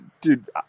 dude